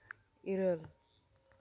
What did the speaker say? ᱤᱨᱟᱹᱞ